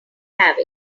have